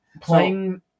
Playing